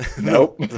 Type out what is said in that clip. Nope